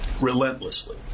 relentlessly